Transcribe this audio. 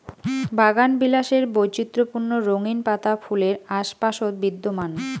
বাগানবিলাসের বৈচিত্র্যপূর্ণ রঙিন পাতা ফুলের আশপাশত বিদ্যমান